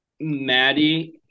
Maddie